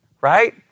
Right